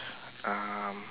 um